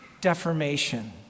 deformation